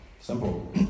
Simple